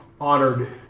honored